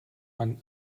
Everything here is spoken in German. man